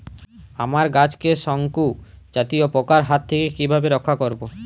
আমার গাছকে শঙ্কু জাতীয় পোকার হাত থেকে কিভাবে রক্ষা করব?